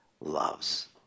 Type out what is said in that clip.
loves